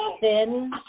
thin